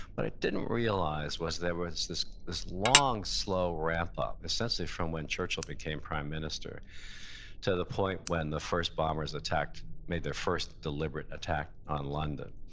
but i didn't realize was there was this this long, slow ramp-up essentially from when churchill became prime minister to the point when the first bombers attacked, made their first deliberate attack on london.